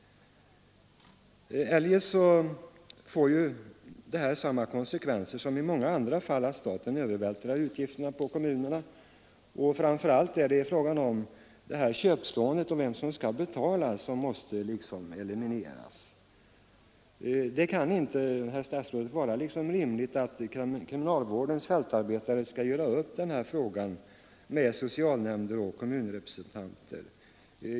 Eljest får ju en utbyggnad av familjevårdshemmen samma konsekvens som många andra reformer, nämligen att staten övervältrar utgifterna på kommunerna. Framför allt måste köpslåendet om vem som skall betala elimineras. Det kan inte, herr statsråd, vara rimligt att kriminalvårdens fältarbetare skall göra upp denna fråga med socialnämnder och kommunrepresentanter.